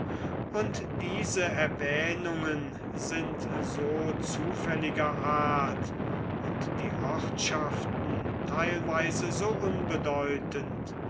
und diese erwähnungen sind so zufälliger art und die ortschaften teilweise so